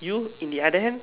you in the other hand